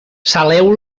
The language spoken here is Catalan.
saleu